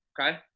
Okay